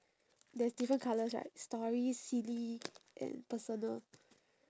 there's different colours right story silly and personal